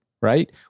Right